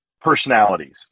personalities